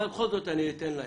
אבל בכל זאת אני אתן להם.